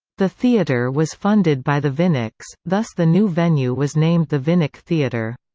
the theatre was funded by the viniks thus the new venue was named the vinik theatre.